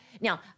Now